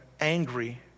angry